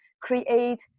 create